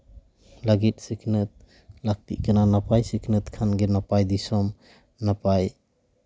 ᱞᱟᱹᱜᱤᱫ ᱥᱤᱠᱷᱱᱟᱹᱛ ᱞᱟᱹᱠᱛᱤᱜ ᱠᱟᱱᱟ ᱱᱟᱯᱟᱭ ᱥᱤᱠᱷᱱᱟᱹᱛ ᱠᱷᱟᱱᱜᱮ ᱱᱟᱯᱟᱭ ᱫᱤᱥᱚᱢ ᱱᱟᱯᱟᱭ